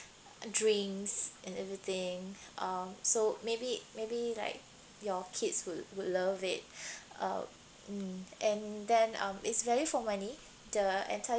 drinks and everything um so maybe maybe like your kids will love it um and then um it's value for money the entire